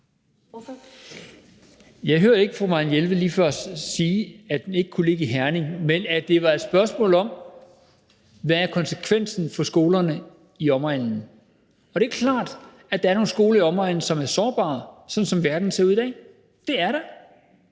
Jeg hørte ikke lige før fru Marianne Jelved sige, at den ikke kunne ligge i Herning, men at det var et spørgsmål om, hvad konsekvensen er for skolerne i omegnen. Og det er klart, at der er nogle skoler i omegnen, som er sårbare, sådan som verden ser ud i dag. Det er der.